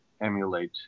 emulate